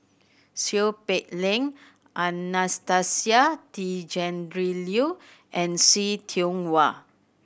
Seow Peck Leng Anastasia Tjendri Liew and See Tiong Wah